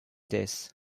this